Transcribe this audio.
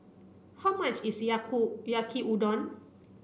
how much is Yaki Udon